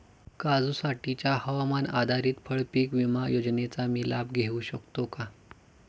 काजूसाठीच्या हवामान आधारित फळपीक विमा योजनेचा मी लाभ घेऊ शकतो का?